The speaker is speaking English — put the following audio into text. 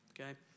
Okay